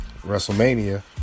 WrestleMania